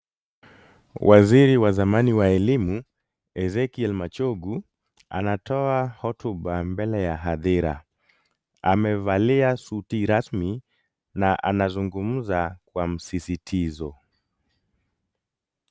Waziri wa zamani wa elimu Ezekiel Machogu anatoa hotuba mbele ya hadhira. Amevalia suti rasmi na anazungumza kwa msisitizo.